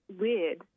weird